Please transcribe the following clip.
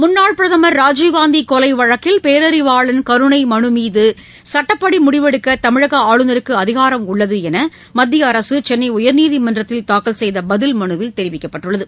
முன்னாள் பிரதமர் ராஜீவ்காந்தி கொலை வழக்கில் பேரறிவாளன் கருணை மனு மீது சுட்டப்படி முடிவெடுக்க தமிழக ஆளுநருக்கு அதிகாரம் உள்ளது என்று மத்திய அரசு சென்னை உயர்நீதிமன்றத்தில் தாக்கல் செய்த பதில் மனுவில் தெரிவிக்கப்பட்டுள்ளது